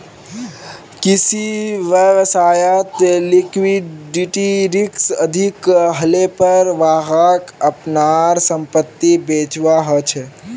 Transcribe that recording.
किसी व्यवसायत लिक्विडिटी रिक्स अधिक हलेपर वहाक अपनार संपत्ति बेचवा ह छ